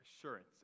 assurance